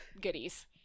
goodies